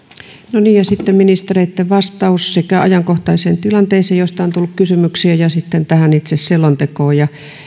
sitten ministereitten vastaus sekä ajankohtaiseen tilanteeseen josta on tullut kysymyksiä että tähän itse selontekoon